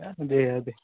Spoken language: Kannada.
ಅದೇ ಅದೇ